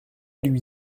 lui